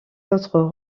autres